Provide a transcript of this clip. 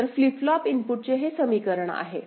तर flip flop इनपुटचे हे समीकरण आहे